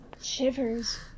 Shivers